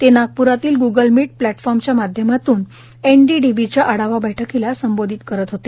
ते नागप्रातील Google meet प्लॅटफॉर्मच्या माध्यमातून एनडीडीबीच्या आढावा बैठकीला संबोधित करत होते